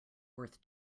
worth